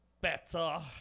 better